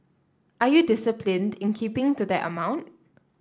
are you disciplined in keeping to that amount